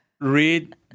Read